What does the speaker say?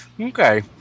Okay